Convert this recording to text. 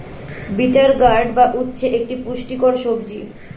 bitter gourd বা উচ্ছে একটি পুষ্টিকর সবজি